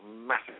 massive